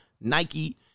Nike